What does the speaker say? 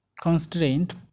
constraint